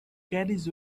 caddies